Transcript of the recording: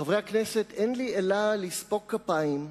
חברי הכנסת, אין לי אלא לספוק כפיים,